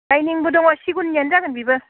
डाइनिंबो दङ सिगुननियानो जागोन बिबो